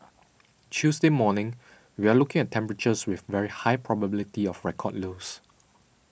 Tuesday morning we're looking at temperatures with very high probability of record lows